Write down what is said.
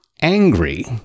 angry